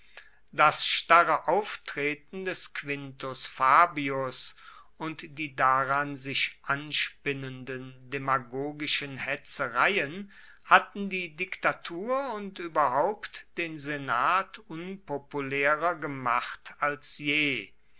das starre auftreten des quintus fabius und die daran sich anspinnenden demagogischen hetzereien hatten die diktatur und ueberhaupt den senat unpopulaerer gemacht als je